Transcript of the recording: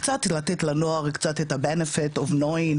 קצת לתת לנוער את ה-benefit of knowing?